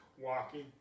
walking